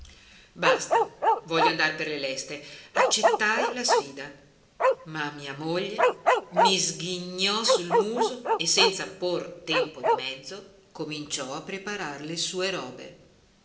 basta voglio andar per le leste accettai la sfida ma mia moglie mi sghignò sul muso e senza por tempo di mezzo cominciò a preparar le sue robe